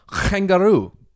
kangaroo